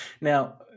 Now